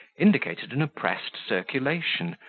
indicated an oppressed circulation,